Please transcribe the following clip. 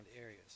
areas